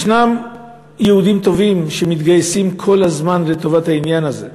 ישנם יהודים טובים שמתגייסים כל הזמן לטובת העניין הזה,